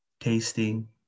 tasting